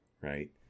right